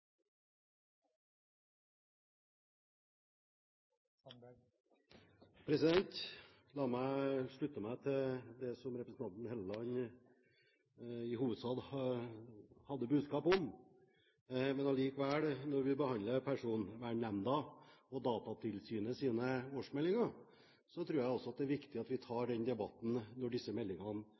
nå. La meg slutte meg til det som i hovedsak var representanten Hellelands budskap. Men allikevel, når vi behandler Personvernnemndas og Datatilsynets årsmeldinger, tror jeg også det er viktig at vi tar den debatten når disse meldingene